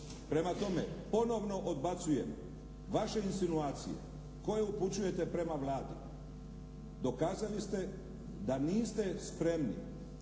Prema tome, ponovno odbacujem vaše insinuacije koje upućujete prema Vladi. Dokazali ste da niste spremni